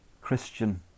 Christian